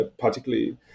particularly